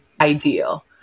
ideal